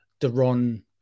De'Ron